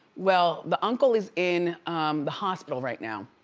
well, the uncle is in the hospital right now,